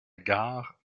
gare